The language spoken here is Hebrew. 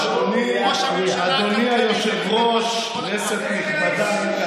אדוני היושב-ראש, כנסת נכבדה,